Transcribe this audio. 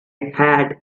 had